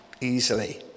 easily